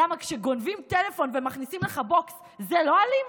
למה כשגונבים טלפון ומכניסים לך בוקס, זה לא אלים?